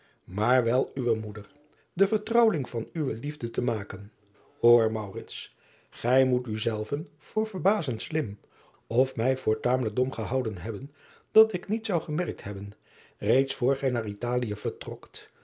maar wel uwe moeder de vertrouweling van uwe liefde te maken oor gij moet u zelven voor verbazend slim of mij voor tamelijk dom gehouden hebben dat ik niet zou gemerkt hebben reeds voor gij naar talië vertrokt